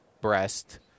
breast